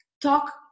talk